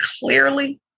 clearly